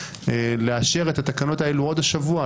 לאשר את התקנות האלה עוד השבוע.